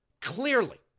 clearly